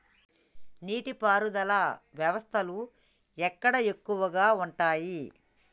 నీటి పారుదల వ్యవస్థలు ఎక్కడ ఎక్కువగా ఉన్నాయి?